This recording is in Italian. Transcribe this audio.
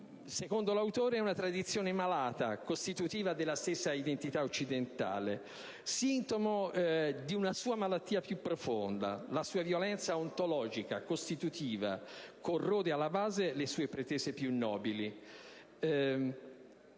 Secondo l'autore, è una tradizione malata, costitutiva della stessa identità occidentale, sintomo di una sua malattia più profonda: la sua violenza ontologica costitutiva, che corrode alla base le sue pretese più nobili.